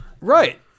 Right